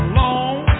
long